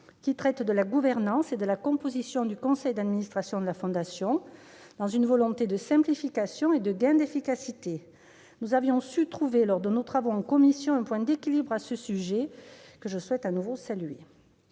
gouvernance de la Fondation et la composition de son conseil d'administration ; elle exprime une volonté de simplification et de gain d'efficacité. Nous avions su trouver lors de nos travaux en commission un point d'équilibre à ce sujet, que je souhaite de nouveau saluer.